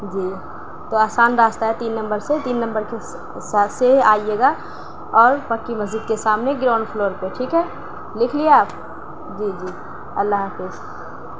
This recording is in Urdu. جی تو آسان راستہ ہے تین نمبر سے تین نمبر کے سائد سے آئیے گا اور پکّی مسجد کے سامنے گراؤنڈ فلور پہ ٹھیک ہے لکھ لیا جی جی اللّہ حافظ